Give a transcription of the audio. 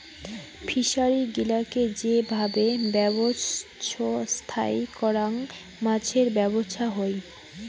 fishery গিলাকে যে ভাবে ব্যবছস্থাই করাং মাছের ব্যবছা হই